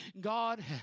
God